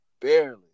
Barely